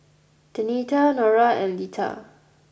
Denita Nora and Leitha